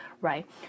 right